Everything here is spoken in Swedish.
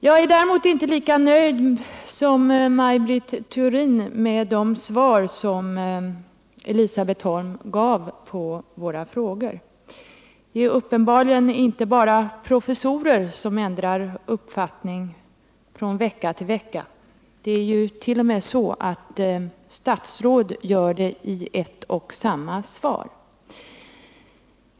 Jag är däremot inte lika nöjd som Maj Britt Theorin med det svar som Elisabet Holm gav på våra frågor. Det är uppenbarligen inte bara professorer som ändrar uppfattning från vecka till vecka. Det är t.o.m. så att statsråd gör det i ett och samma svar.